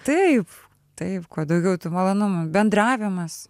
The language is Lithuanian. taip taip kuo daugiau tų malonumų bendravimas